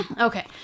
Okay